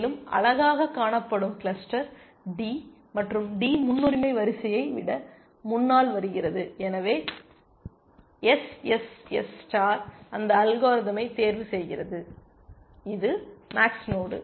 மேலும் அழகாகக் காணப்படும் கிளஸ்டர் d மற்றும் d முன்னுரிமை வரிசையை விட முன்னால் வருகிறது எனவே SSS ஸ்டார் அந்த அல்காரிதமை தேர்வு செய்கிறது இது மேக்ஸ் நோடு